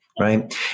right